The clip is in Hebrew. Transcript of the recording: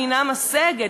אינה משגת.